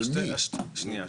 שנייה.